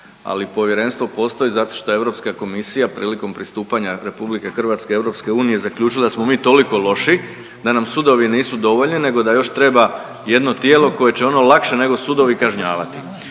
ali povjerenstvo postoji zato što je Europska komisija prilikom pristupanja RH EU zaključila da smo mi toliko loši da nam sudovi nisu dovoljni nego da još treba jedno tijelo koje će ono lakše nego sudovi kažnjavati.